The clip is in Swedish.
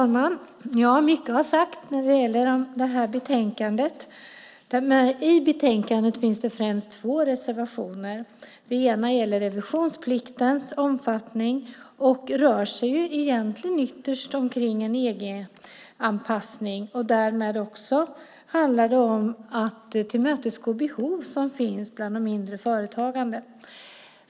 Herr talman! Mycket har sagts när det gäller detta betänkande. I betänkandet finns två reservationer, och den ena gäller revisionspliktens omfattning. Det rör sig ytterst om en EU-anpassning, och därmed handlar det också om att tillmötesgå behov som finns bland de mindre företagen.